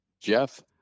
Jeff